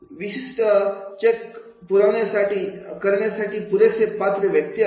विशिष्ट चेक करण्यासाठी पुरेसे पात्र व्यक्ती असत